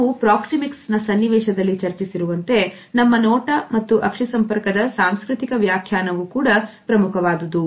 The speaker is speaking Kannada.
ನಾವು ಪ್ರಾಕ್ಸಿಮಿಕ್ಸ್ ಸನ್ನಿವೇಶದಲ್ಲಿ ಚರ್ಚಿಸಿರುವಂತೆ ನಮ್ಮ ನೋಟ ಮತ್ತು ಅಕ್ಷಿ ಸಂಪರ್ಕದ ಸಾಂಸ್ಕೃತಿಕ ವ್ಯಾಖ್ಯಾನವು ಕೂಡ ಪ್ರಮುಖವಾದದ್ದು